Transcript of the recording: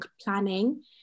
planning